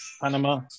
Panama